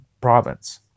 province